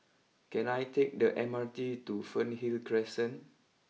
can I take the M R T to Fernhill Crescent